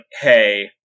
hey